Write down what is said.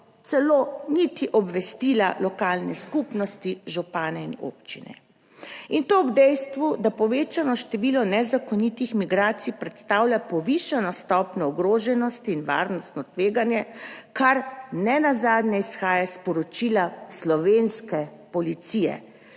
celo niti obvestila lokalne skupnosti, župane in občine in to ob dejstvu, da povečano število nezakonitih migracij predstavlja povišano stopnjo ogroženosti in varnostno tveganje, kar ne nazadnje izhaja iz poročila slovenske policije,